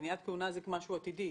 מניעת כהונה זה משהו עתידי.